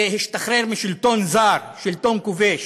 להשתחרר משלטון זר, שלטון כובש.